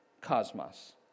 cosmos